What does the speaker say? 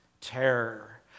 terror